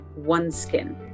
OneSkin